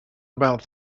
about